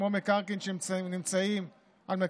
כמו מקרקעין שנמצאים על,